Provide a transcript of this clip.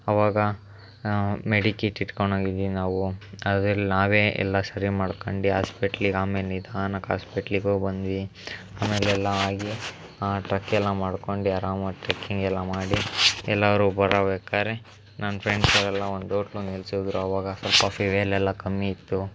ಅವಾಗ ಮೆಡಿಕಿಟ್ ಹಿಡ್ಕೊಂಡು ಹೋಗಿದ್ವಿ ನಾವು ನಾವೇ ಎಲ್ಲ ಸರಿ ಮಾಡ್ಕಂಡು ಹಾಸ್ಪಿಟ್ಲಿಗೆ ಆಮೇಲೆ ನಿಧಾನಕ್ಕೆ ಹಾಸ್ಪಿಟ್ಲಿಗೆ ಹೋಗಿ ಬಂದ್ವಿ ಆಮೇಲೆ ಎಲ್ಲ ಆಗಿ ಆ ಟ್ರಕ್ ಎಲ್ಲ ಮಾಡ್ಕೊಂಡು ಅರಾಮಾಗಿ ಟ್ರಕ್ಕಿಂಗ್ ಎಲ್ಲ ಮಾಡಿ ಎಲ್ಲರೂ ಬರೋ ಬೇಕಾದ್ರೆ ನನ್ನ ಫ್ರೆಂಡ್ಸ್ ಅವರೆಲ್ಲ ಒಂದು ಹೋಟ್ಲಲ್ಲಿ ನಿಲ್ಸಿದ್ರು ಅವಾಗ ಸ್ವಲ್ಪ ಫ್ಯುಯೆಲ್ ಎಲ್ಲ ಕಮ್ಮಿ ಇತ್ತು